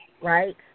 right